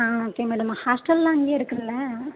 ஆ okay madam ஹாஸ்டலெல்லாம் அங்கேயே இருக்குதில்ல